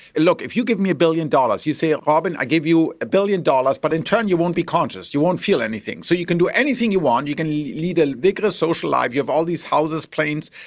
and look, if you give me a billion dollars, you say, ah robyn, i give you a billion dollars, but in turn you won't be conscious, you won't feel anything. so you can do anything you want, you can lead a vigorous social life, you have all these houses, planes,